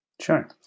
Sure